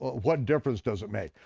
what difference does it make?